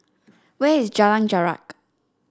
where is Jalan Jarak